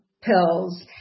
pills